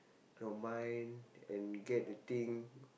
your mind and get the thing